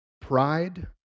pride